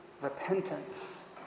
repentance